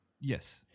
Yes